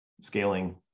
scaling